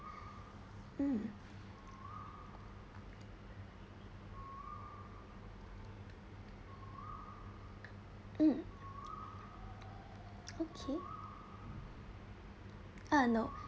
mm mm okay ah no